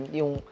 yung